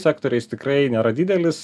sektoriais tikrai nėra didelis